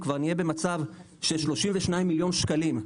כבר נהיה במצב של 32 מיליון שקלים,